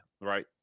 right